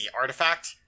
artifact